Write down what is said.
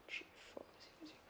three four zero zero